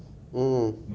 mm